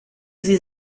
sie